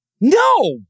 No